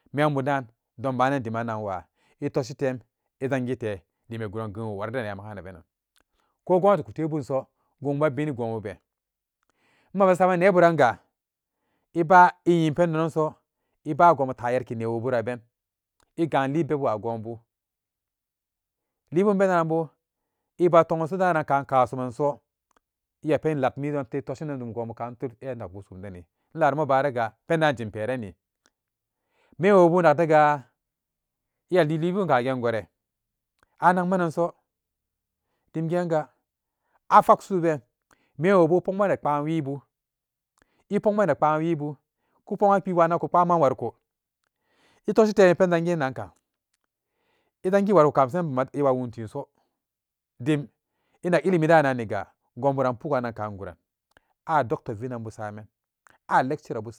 Membu daan domba na diman nanwa e toshi tem e zangite dim e be guran geunwu wari den eya magannanbenan ko gwamnati ku tebun so gobuwa e bini gon bube ema saaman nee buran ga eba enyi pendananso eba gonbu taa yelki newobu raben egalii beb wa gonbu libun bebanbo eba to'anso daan kaa somanso eya penlap miidon te toshinan jum gonbu kan tup eno enakbusomdeni ela mo baara ga pendaa jim perani menwobu enakteega eyadulibun kagenyore anakmananso dim enga a fak su'u been menwobu epokman nee kpa wibu, epokman neekpa wibu ku pokman wikutapaman wariko etoshitem epen janginnankaan ejangiwanko kamasara nan ema wuunteeso dim enak ilimi annanniga gonburan puk'annan kaan guran a doctor viinan busaman a lecturer bu sa.